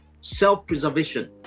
Self-preservation